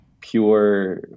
pure